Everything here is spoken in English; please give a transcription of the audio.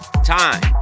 time